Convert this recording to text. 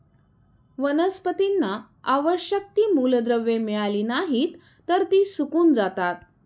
वनस्पतींना आवश्यक ती मूलद्रव्ये मिळाली नाहीत, तर ती सुकून जातात